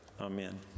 Amen